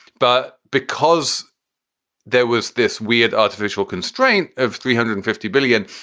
but because there was this weird artificial constraint of three hundred and fifty billion,